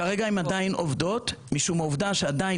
כרגע הן עדיין עובדות משום העובדה שעדיין